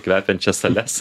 kvepiančias sales